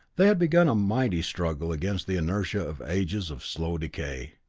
they had begun a mighty struggle against the inertia of ages of slow decay,